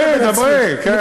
דברי, דברי, כן.